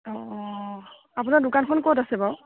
অ' আপোনাৰ দোকানখন ক'ত আছে বাৰু